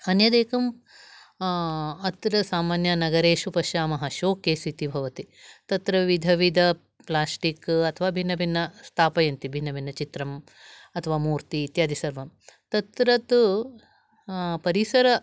अन्यद एकम् अत्र सामान्यनगरेषु पश्यामः शोकेस् इति भवति तत्र विधविद प्लास्टिक् अथवा भिन्न भिन्न स्थापयन्ति भिन्न भिन्न चित्रं अथवा मूर्ति इत्यादि सर्वंम् तत्र तु परिसर